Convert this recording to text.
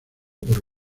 por